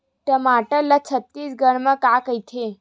टमाटर ला छत्तीसगढ़ी मा का कइथे?